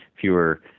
fewer